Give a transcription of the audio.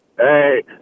Hey